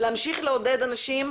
להמשיך לעודד אנשים